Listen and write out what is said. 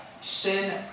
shin